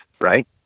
right